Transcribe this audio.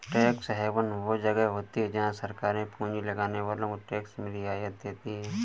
tax haven वो जगह होती हैं जहाँ सरकारे पूँजी लगाने वालो को टैक्स में रियायत देती हैं